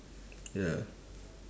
ya